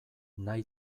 nahi